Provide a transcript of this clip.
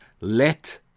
Let